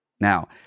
Now